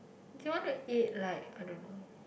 do you want to eat like I don't know